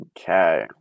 Okay